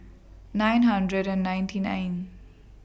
nine hundred and ninety nine